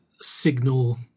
signal